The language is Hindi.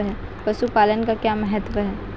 पशुपालन का क्या महत्व है?